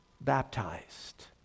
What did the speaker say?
baptized